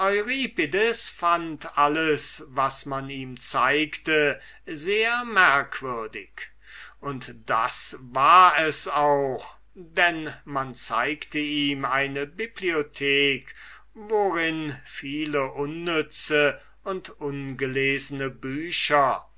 fand alles was man ihm zeigte sehr merkwürdig und das war es auch denn man zeigte ihm eine bibliothek worin viel unnütze und ungelesene bücher